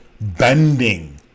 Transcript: bending